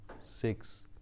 six